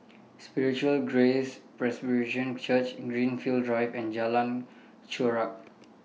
Spiritual Grace Presbyterian Church Greenfield Drive and Jalan Chorak